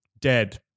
dead